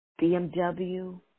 BMW